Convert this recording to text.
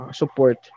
support